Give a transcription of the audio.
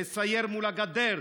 לסייר מול הגדר,